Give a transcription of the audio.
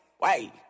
wait